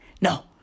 No